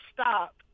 stop